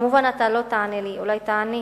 כמובן אתה לא תענה לי, אולי תענה: